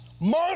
murder